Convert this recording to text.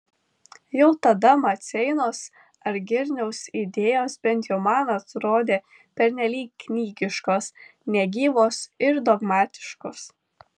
jau tada maceinos ar girniaus idėjos bent jau man atrodė pernelyg knygiškos negyvos ir dogmatiškos